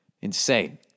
Insane